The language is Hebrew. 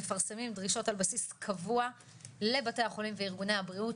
מפרסמים דרישות על בסיס קבוע לבתי החולים וארגוני הבריאות,